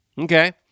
Okay